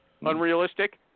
unrealistic